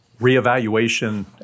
reevaluation